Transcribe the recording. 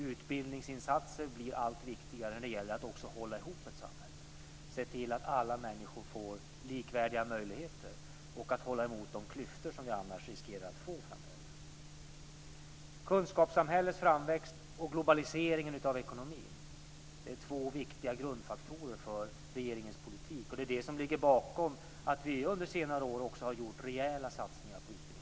Utbildningsinsatser blir allt viktigare för att hålla ihop ett samhälle, att se till att alla människor får likvärdiga möjligheter och att hålla emot de klyftor vi annars riskerar att få framöver. Kunskapssamhällets framväxt och globaliseringen av ekonomin är två viktiga grundfaktorer för regeringens politik. Det är det som ligger bakom att vi under senare år har gjort rejäla satsningar på utbildningsområdet.